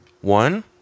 one